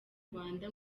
rwanda